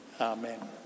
Amen